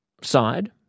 side